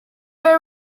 were